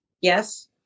Yes